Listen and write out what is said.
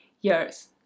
years